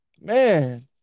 man